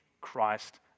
Christ